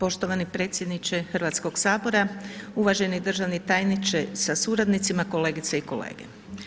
Poštovani predsjedniče Hrvatskog sabora, uvaženi državni tajniče sa suradnicima kolegice i kolege.